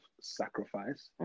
sacrifice